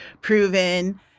proven